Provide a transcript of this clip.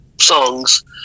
songs